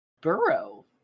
burrow